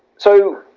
so,